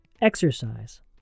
exercise